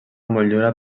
motllura